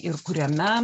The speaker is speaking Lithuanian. ir kuriame